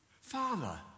Father